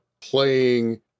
playing